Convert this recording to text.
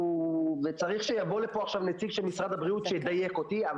צריך לבוא לכאן נציג של משרד הבריאות שידייק אותי,